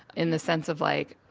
in the sense of like,